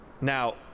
Now